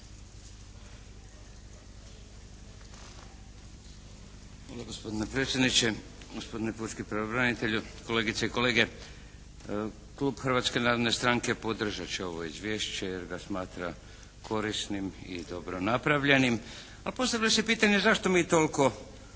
Hvala. Gospodine predsjedniče, gospodine pučki pravobranitelju, kolegice i kolege. Klub Hrvatske narodne stranke podržat će ovo izvješće jer ga smatra korisnim i dobro napravljenim. A postavlja se pitanje zašto mi toliko